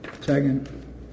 Second